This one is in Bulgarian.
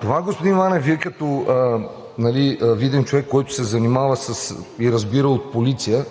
Това, господин Манев, Вие като виден човек, който се занимава и разбира от полиция,